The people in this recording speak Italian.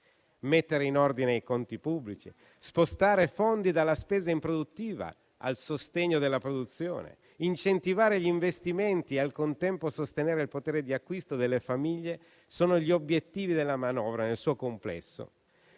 Mettere in ordine i conti pubblici, spostare fondi dalla spesa improduttiva al sostegno della produzione, incentivare gli investimenti e, al contempo, sostenere il potere di acquisto delle famiglie sono gli obiettivi della manovra nel suo complesso,